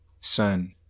Sun